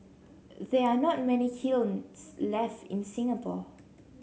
there are not many kilns left in Singapore